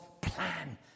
plan